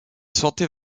sentait